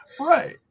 Right